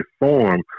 reform